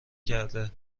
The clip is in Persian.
کرده